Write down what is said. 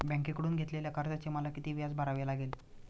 बँकेकडून घेतलेल्या कर्जाचे मला किती व्याज भरावे लागेल?